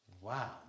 wow